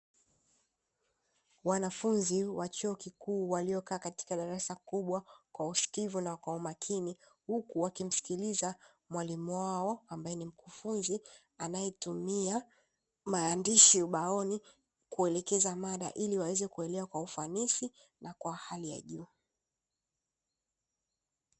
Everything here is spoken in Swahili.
Wanafunzi wa chuo kikuu waliokaa katika darasa kubwa kwa usikivu na kwa umakini, huku wakimsikiliza mwalimu wao ambaye ni mkufunzi anayetumia maandishi ubaoni kuelekeza mada ili waweze kuelewa kwa ufanisi na kwa hali ya juu.